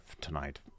tonight